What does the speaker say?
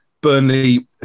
Burnley